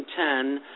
2010